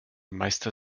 meister